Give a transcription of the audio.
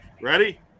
ready